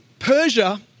Persia